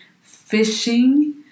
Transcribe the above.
fishing